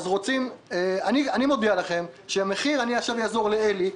עכשיו אעזור לאלי: